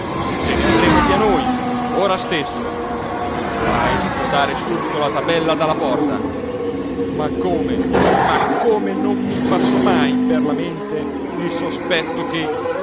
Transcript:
mia ce n'andremo via noi ora stesso fa schiodare subito la tabella dalla porta ma come ma come non mi passò mai per la mente il sospetto che